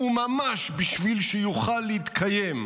וממש בשביל שיוכל להתקיים,